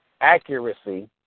accuracy